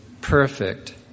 perfect